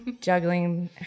juggling